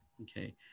okay